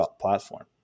platform